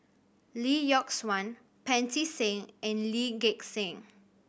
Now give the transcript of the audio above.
Lee Yock Suan Pancy Seng and Lee Gek Seng